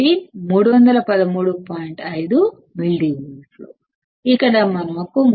5 millivolts ఇక్కడ మనకు 300